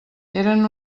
eren